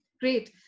Great